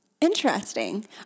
Interesting